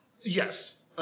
Yes